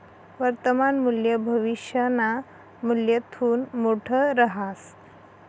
वर्तमान मूल्य भविष्यना मूल्यथून मोठं रहास